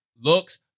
looks